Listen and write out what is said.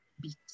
beat